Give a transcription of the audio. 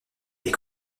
est